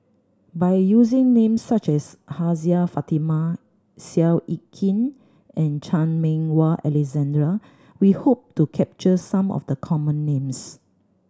by using names such as Hajjah Fatimah Seow Yit Kin and Chan Meng Wah Alexander we hope to capture some of the common names